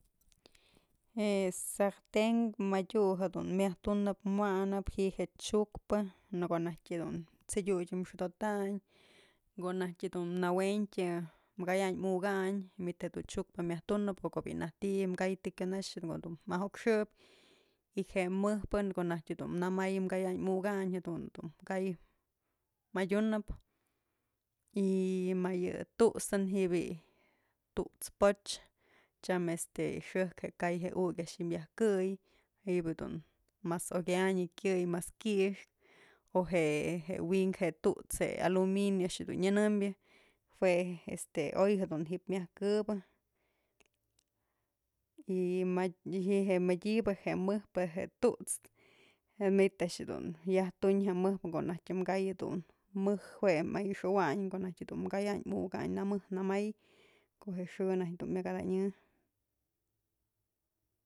Je'e sarten madyu jedun myaj tunëp wanëp ji'i je'e chukpë në ko'o najtyë jedun t'sedyut xodotayn ko'o najtyë dun nawentyë kayayn mukayn myt je'e dun chukpë myaj tunëp o ko'o bi'i ti'i ka'ay të kyunax jadun dun ajokxëp y je'e mëjpë në ko'o najtyë dun namaybë kaya'ayn muka'ayn jadun dun kayëp adyunëp y ma yë tut'stën ji'i bi'i tu'ts poch tyam este xëjk je'e ka'ay je'e ukyë a'ax ji'ib yajkëy ji'ib jedun mas okyänyë kyëy y mas ki'ixkë o je'e je wi'ink je'e tu'ts je'e aluminio a'ax jedun nyënëmbyë jue este oy jedun ji'ib myaj këbë y maty y je'e madyëbë je'e mëjpë je'e tu'ts je'e myt a'ax dun yajtuñ ja mëjpë ko'o najtyë je'e kay jedun mëj jue a'ixawayn ko'o najtyë dun kayayn ukayn nëmëj nëmay ko'o je'e xë najk dun myaj jadënyë.